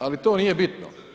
Ali to nije bitno.